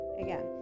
Again